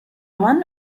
one